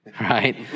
right